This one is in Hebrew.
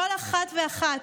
כל אחת ואחת,